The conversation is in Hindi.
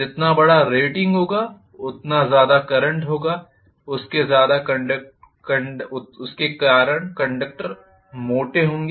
जितना बड़ा रेटिंग होगा उतना ज़्यादा करंट होगा उसके कारण कंडक्टर मोटे होंगे